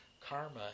karma